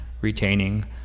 retaining